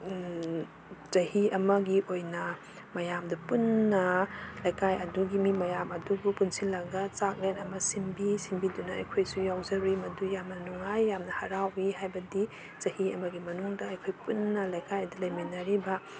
ꯆꯍꯤ ꯑꯃꯒꯤ ꯑꯣꯏꯅ ꯃꯌꯥꯝꯗ ꯄꯨꯟꯅ ꯂꯩꯀꯥꯏ ꯑꯗꯨꯒꯤ ꯃꯤ ꯃꯌꯥꯝ ꯑꯗꯨꯕꯨ ꯄꯨꯟꯁꯤꯜꯂꯒ ꯆꯥꯛꯂꯦꯟ ꯑꯃ ꯁꯤꯟꯕꯤ ꯁꯤꯟꯕꯤꯗꯨꯅ ꯑꯩꯈꯣꯏꯁꯨ ꯌꯥꯎꯖꯔꯨꯏ ꯃꯗꯨ ꯌꯥꯝꯅ ꯅꯨꯡꯉꯥꯏ ꯌꯥꯝꯅ ꯍꯔꯥꯎꯋꯤ ꯍꯥꯏꯕꯗꯤ ꯆꯍꯤ ꯑꯃꯒꯤ ꯃꯅꯨꯡꯗ ꯑꯩꯈꯣꯏ ꯄꯨꯟꯅ ꯂꯩꯀꯥꯏꯗ ꯂꯩꯃꯤꯟꯅꯔꯤꯕ